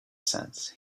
sense